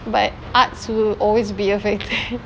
but arts will always be affected